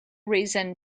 reason